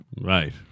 Right